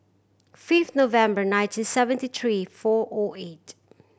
five November nineteen seventy three four O eight